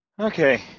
Okay